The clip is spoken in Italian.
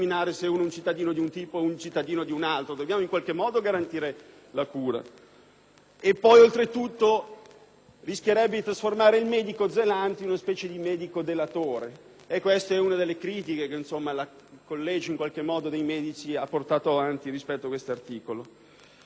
cura. Oltretutto si rischierebbe di trasformare il medico zelante in una specie di medico delatore. Ecco, questa è una delle critiche che la Federazione dei medici ha portato avanti rispetto a questo emendamento. Ma, al di là del codice penale, della Costituzione, del codice deontologico,